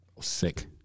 sick